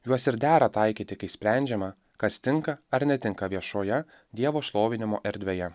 juos ir dera taikyti kai sprendžiama kas tinka ar netinka viešoje dievo šlovinimo erdvėje